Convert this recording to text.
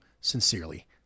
sincerely